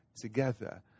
together